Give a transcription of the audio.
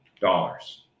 dollars